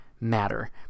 matter